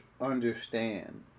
understand